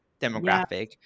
demographic